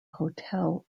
hotel